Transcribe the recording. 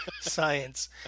science